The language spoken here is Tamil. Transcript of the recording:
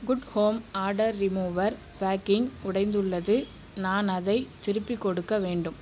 good home odour remover packing உடைந்துள்ளது நான் அதை திருப்பி கொடுக்க வேண்டும்